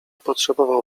potrzebował